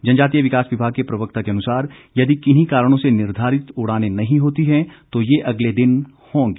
जनजातीय विकास विभाग के प्रवक्ता के अनुसार यदि किन्हीं कारणों से निर्धारित उड़ाने नहीं होती है तो ये अगले दिन होंगी